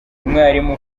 umwarimu